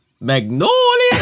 Magnolia